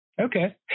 Okay